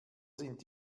sind